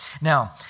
Now